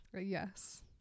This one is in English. Yes